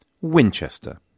Winchester